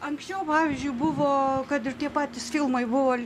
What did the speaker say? anksčiau pavyzdžiui buvo kad ir tie patys filmai buvo